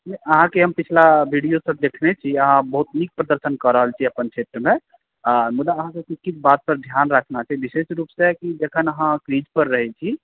अहाँ के हम पिछला विडियो सब देखने छी अहाँ बहुत नीक प्रदर्शन कऽ रहल छी अपन क्षेत्र मे हमर अहाँ के किछु किछु बात ध्यान राखनाइ छै लिखित रूप सॅं कि अहाँ जखन पीच पर रहै छी